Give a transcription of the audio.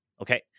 Okay